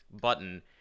button